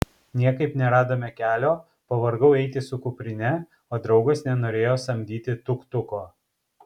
niekaip neradome kelio pavargau eiti su kuprine o draugas nenorėjo samdyti tuk tuko